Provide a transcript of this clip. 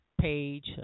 page